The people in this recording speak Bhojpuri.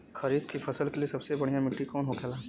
खरीफ की फसल के लिए सबसे बढ़ियां मिट्टी कवन होखेला?